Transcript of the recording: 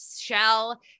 shell